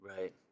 Right